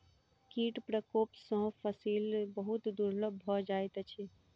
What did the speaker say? कीट प्रकोप सॅ फसिल बहुत दुर्बल भ जाइत अछि